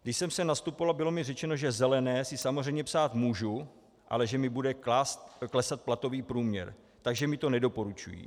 Když jsem sem nastupovala, bylo mi řečeno, že zelené si samozřejmě psát můžu, ale že mi bude klesat platový průměr, takže mi to nedoporučují.